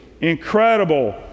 incredible